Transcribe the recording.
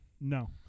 No